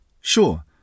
Sure